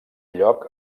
lloc